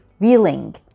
feeling